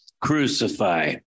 crucify